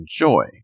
enjoy